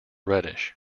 reddish